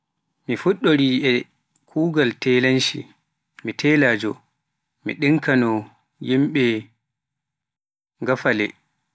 Mi fuɗɗori e kuugal telaaji, mi telaajo, mi ɗinkaano yimɓe ngafaleji.